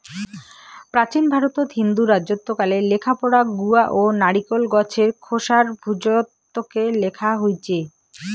প্রাচীন ভারতত হিন্দু রাজত্বকালে লেখাপড়া গুয়া ও নারিকোল গছের খোসার ভূর্জত্বকে লেখা হইচে